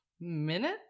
minute